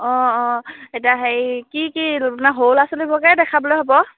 অঁ অঁ এতিয়া হেৰি কি কি আপোনাৰ সৰু ল'ৰা ছোৱালীবোৰকে দেখাবলৈ হ'ব